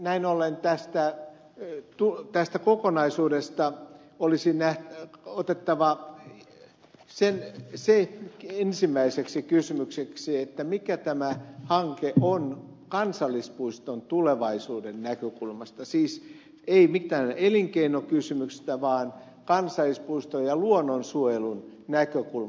näin ollen tästä kokonaisuudesta olisi otettava se ensimmäiseksi kysymykseksi mikä tämä hanke on kansallispuiston tulevaisuuden näkökulmasta siis ei mitään elinkeinokysymystä vaan kansallispuiston ja luonnonsuojelun näkökulma